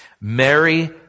Mary